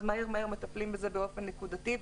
אז מהר מטפלים בזה באופן נקודתי,